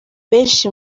benshi